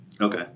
Okay